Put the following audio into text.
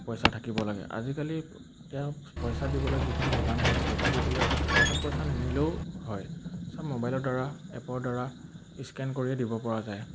পইচা থাকিব লাগে আজিকালি তেওঁ পইচা দিবলৈ যিকোনো দোকান এখনত পইচা দিবলৈ হাতত পইচা নিনিলেও হয় চব মোবাইলৰদ্বাৰা এপৰদ্বাৰা স্কেন কৰিয়ে দিবপৰা যায়